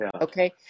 okay